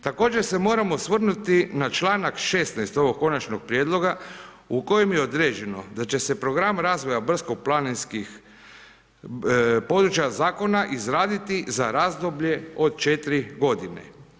Također se moram osvrnuti na članak 16. ovog konačnog prijedloga u kojem je određeno da će se program razvoja brdsko-planinskih područja zakona izraditi za razdoblje od 4 godine.